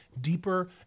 deeper